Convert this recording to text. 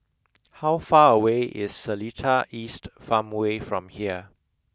how far away is Seletar East Farmway from here